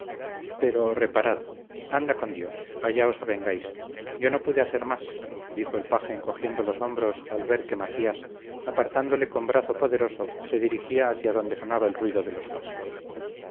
pero reparad anda con dios allá os avengáis yo no pude hacer más dijo el paje encogiendo los hombros al ver que macías apartándole con brazo poderoso se dirigía hacia donde sonaba el ruido de los pasos